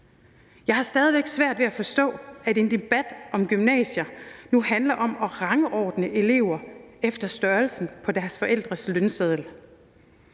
Jeg har stadig væk svært ved at forstå, at en debat om gymnasier nu handler om at rangordne elever efter størrelsen på deres forældres lønseddel.